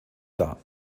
dar